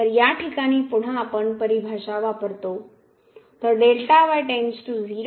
तर या ठिकाणी पुन्हा आपण परिभाषा वापरतो